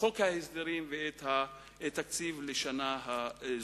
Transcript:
חוק ההסדרים ואת התקציב לשנה הזו.